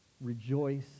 rejoice